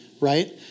Right